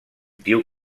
diu